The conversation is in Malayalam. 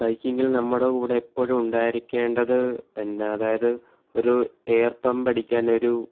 ബൈക്കിങ്ങിൽ നമ്മുടെ കൂടെ എപ്പോഴും ഉണ്ടായിരിക്കേണ്ടത് എന്ന അതായത് ഒരു എയർ പമ്പടിക്കാൻ ഒരു